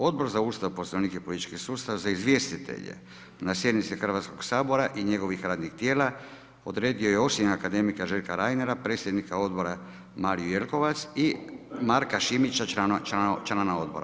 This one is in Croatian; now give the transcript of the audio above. Odbor za Ustav, Poslovnik i politički sustav za izvjestitelje na sjednici Hrvatskoga sabora i njegovih radnih tijela odredio je osim akademika Željka Reinera predsjednika odbora, Mariju Jelkovac i Marka Šimića člana odbora.